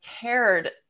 cared